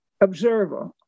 observer